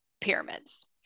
pyramids